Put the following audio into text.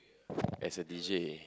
as a deejay